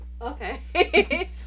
Okay